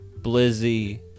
Blizzy